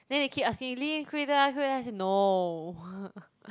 then they keep asking Lee quit lah quit lah I say no